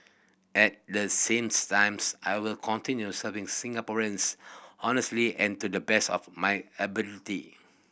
at the same times I will continue serving Singaporeans honestly and to the best of my ability